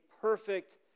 perfect